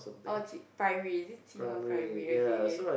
oh Qi primary is it Qihua Primary okay okay